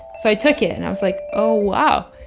so i took it, and i was like, oh, wow.